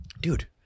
dude